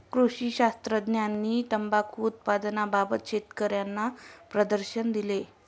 कृषी शास्त्रज्ञांनी तंबाखू उत्पादनाबाबत शेतकर्यांना प्रशिक्षण दिले